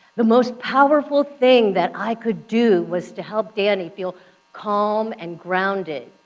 the most powerful thing that i could do was to help danny feel calm and grounded.